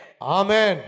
Amen